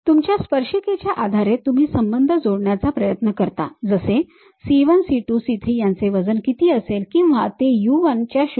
तुमच्या स्पर्शिकेच्या आधारे तुम्ही संबंध जोडण्याचा प्रयत्न करता जसे c 1 c 2 c 3 यांचे वजन किती असेल किंवा ते u 1 च्या 0